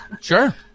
sure